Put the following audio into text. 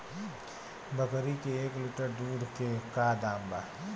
बकरी के एक लीटर दूध के का दाम बा?